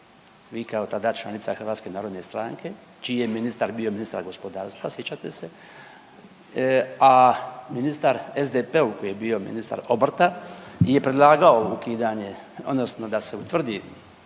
vi kao tada članica HNS-a čiji je ministar bio ministar gospodarstva, sjećate se, a ministar SDP-ov koji je bio ministar obrta je predlagao ukidanje odnosno da se utvrdi